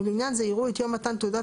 ולעניין זה יראו את יום מתן תעודת